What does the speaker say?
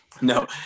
No